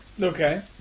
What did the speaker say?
Okay